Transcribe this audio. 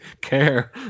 care